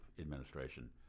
administration